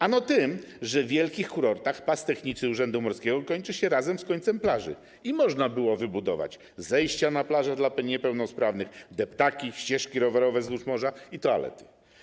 Ano tym, że w wielkich kurortach pas techniczny urzędu morskiego kończy się razem z końcem plaży i można było wybudować zejścia na plażę dla niepełnosprawnych, deptaki, ścieżki rowerowe wzdłuż morza i toalety.